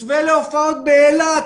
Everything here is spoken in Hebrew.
מתווה להופעות באילת,